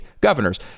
governors